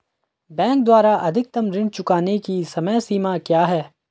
Bank द्वारा अधिकतम ऋण चुकाने की समय सीमा क्या है?